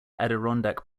adirondack